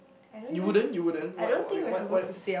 you wouldn't you wouldn't why why you why why